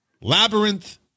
labyrinth